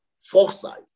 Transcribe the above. foresight